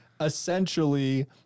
Essentially